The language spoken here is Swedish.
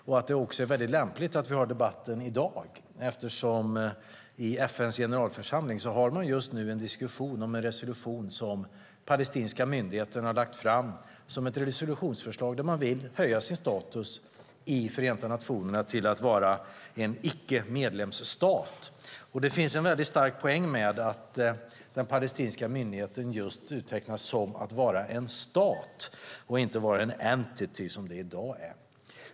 Det är också väldigt lämpligt att vi har debatten i dag eftersom det just nu pågår en diskussion i FN:s generalförsamling om ett resolutionsförslag som palestinska myndigheten har lagt fram i Förenta nationerna om att höja sin status till att vara en icke medlemsstat. Det finns en väldigt stark poäng med att den palestinska myndigheten just betecknas som en stat och inte som en entity som det i dag är.